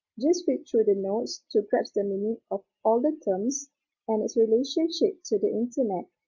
just read through the notes to graps the meaning of all the terms and its relationship to the internet.